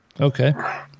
Okay